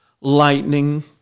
lightning